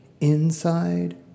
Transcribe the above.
inside